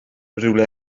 rhywle